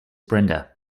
brenda